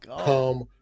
come